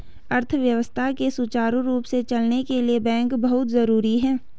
अर्थव्यवस्था के सुचारु रूप से चलने के लिए बैंक बहुत जरुरी हैं